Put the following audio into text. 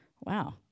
wow